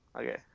okay